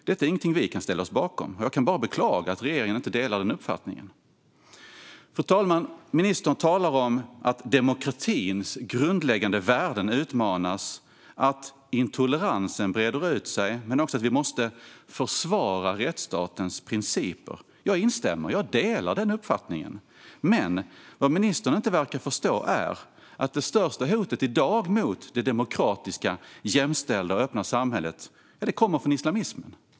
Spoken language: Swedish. Detta är något som vi inte kan ställa oss bakom, och jag kan bara beklaga att regeringen inte delar denna uppfattning. Fru talman! Ministern talar om att demokratins grundläggande värden utmanas och att intoleransen breder ut sig men också att vi måste försvara rättsstatens principer. Jag instämmer och delar den uppfattningen. Men vad ministern inte verkar förstå är att det största hotet i dag mot det demokratiska, jämställda och öppna samhället kommer från islamismen.